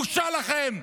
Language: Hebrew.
בושה לכם.